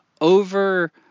over